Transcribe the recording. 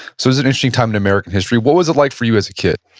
so was an interesting time in american history. what was it like for you as a kid?